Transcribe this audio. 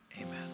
amen